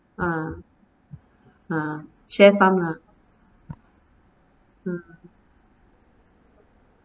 ah ah share some lah mm